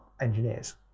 engineers